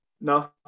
no